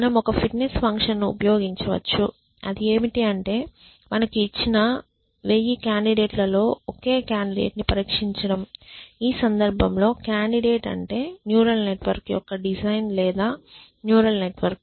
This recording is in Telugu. మనం ఒక ఫిట్నెస్ ఫంక్షన్ను ఉపయోగించవచ్చు అది ఏమిటి అంటే మనకు ఇచ్చిన 1000 కాండిడేట్ లలో ఒకే కాండిడేట్ ని పరీక్షించడము ఈ సందర్భంలో కాండిడేట్ అంటే న్యూరల్ నెట్వర్క్ యొక్క డిజైన్ లేదా న్యూరల్ నెట్వర్క్